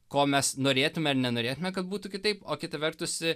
ko mes norėtume ar nenorėtume kad būtų kitaip o kita vertus e